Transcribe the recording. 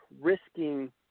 Risking